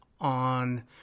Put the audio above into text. on